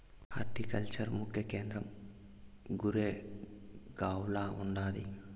horticulture ముఖ్య కేంద్రం గురేగావ్ల ఉండాది